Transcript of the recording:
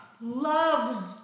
love